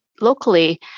Locally